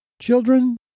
Children